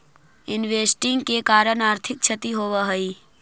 investing के कारण आर्थिक क्षति होवऽ हई